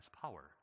power